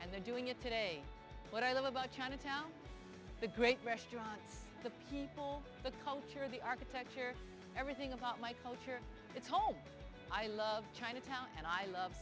and they're doing it today what i love about chinatown the great restaurants the people the culture of the architecture everything about my culture it's home i love chinatown and i love